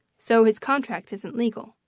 so his contract isn't legal.